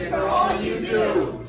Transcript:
ah you do.